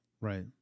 Right